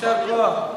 יישר כוח.